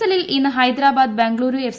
എല്ലിൽ ഇന്ന് ഹൈദരാബാദ് ബംഗളുരു എഫ്